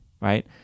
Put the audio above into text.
Right